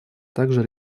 также